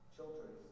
Children